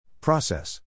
Process